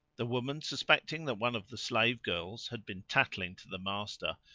the woman, suspecting that one of the slave girls had been tattling to the master,